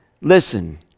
Listen